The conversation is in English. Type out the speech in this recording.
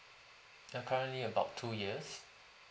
ya currently about two years